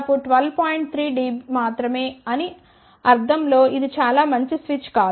3 dB మాత్రమే అనే అర్థం లో ఇది చాలా మంచి స్విచ్ కాదు